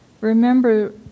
remember